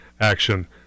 action